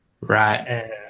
right